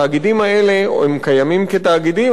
התאגידים האלה קיימים כתאגידים,